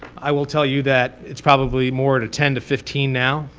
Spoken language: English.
i will tell you that it's probably more to ten to fifteen now.